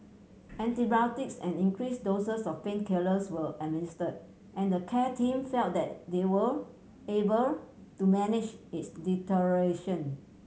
antibiotics and increased doses of painkillers were administered and the care team felt that they were able to manage its deterioration